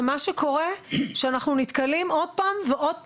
ומה שקורה שאנחנו נתקלים עוד פעם ועוד פעם,